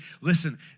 Listen